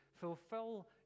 fulfill